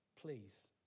Please